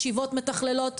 ישיבות מתכללות,